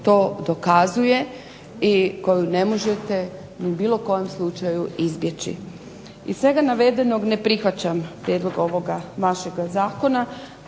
to dokazuje i koju ne možete u bilo kojem slučaju izbjeći. Iz svega navedenog ne prihvaćam prijedlog ovoga vašeg zakona.